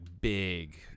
big